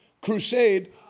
crusade